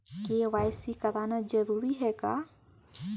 KYC कराना जरूरी है का?